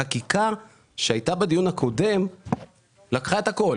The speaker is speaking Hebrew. החקיקה שהיתה בדיון הקודם לקחה את הכול.